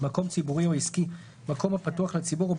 "מקום ציבורי או עסקי" מקום הפתוח לציבור,